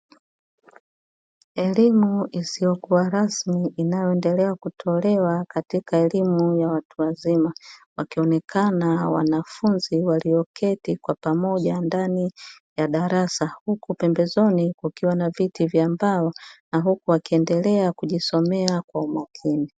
Elimu isiyokuwa rasmi inayoendelea kutolewa katika elimu ya watu wazima, wakionekana wanafunzi walioketi kwa pamoja ndani ya darasa, huku pembezoni kukiwa na viti vya mbao na huku wakiendelea kujisomea kwa umakini.